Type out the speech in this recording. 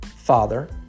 father